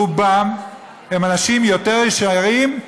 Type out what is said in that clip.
רובם הם אנשים יותר ישרים,